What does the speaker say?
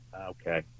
Okay